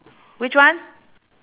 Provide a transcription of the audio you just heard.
which one